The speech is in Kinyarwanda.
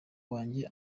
wanjye